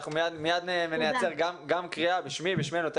ומייד נוציא גם קריאה בשמי ובשמנו.